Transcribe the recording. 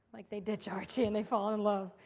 like they ditch archie, and they fall in love,